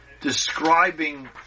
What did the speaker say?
describing